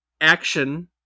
action